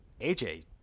AJ